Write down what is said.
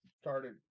started